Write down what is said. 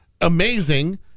Amazing